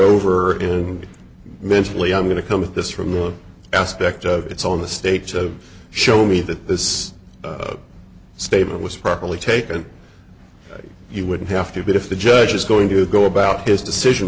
over and mentally i'm going to come at this from the aspect of it's on the state to show me that this statement was properly taken he wouldn't have to but if the judge is going to go about his decision